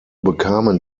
bekamen